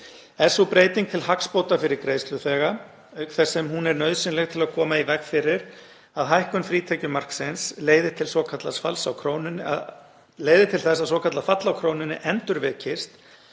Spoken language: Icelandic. Er sú breyting til hagsbóta fyrir greiðsluþega auk þess sem hún er nauðsynleg til að koma í veg fyrir að hækkun frítekjumarksins leiði til þess að svokallað fall á krónunni endurvekist,